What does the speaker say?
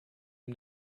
ihm